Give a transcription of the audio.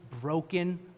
broken